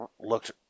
looked